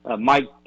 Mike